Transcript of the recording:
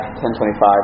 10-25